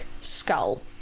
skull